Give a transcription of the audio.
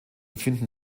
finden